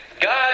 God